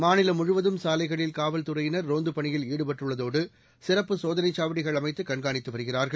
மாநிலம் முழுவதும் சாலைகளில் காவல்துறையினர் ரோந்துப் பணியில் ஈடுபட்டுள்ளதோடு சிறப்புச் சோதனைச் சாவடிகள் அமைத்து கண்காணித்து வருகிறார்கள்